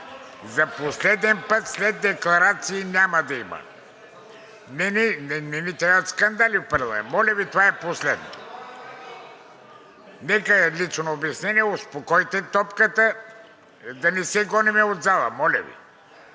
за последен път, след декларации няма да има. Не ни трябват скандали в парламента. Моля Ви, това е последно. Нека е лично обяснение. Успокойте топката, да не се гоним от залата, моля Ви.